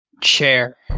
Chair